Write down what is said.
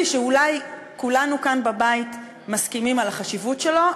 שאולי כולנו כאן בבית מסכימים על החשיבות שלו,